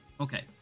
Okay